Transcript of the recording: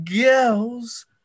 girls